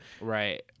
Right